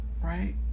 right